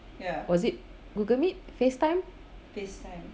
was it google meet facetime